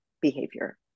behavior